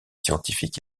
scientifiques